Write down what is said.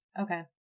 okay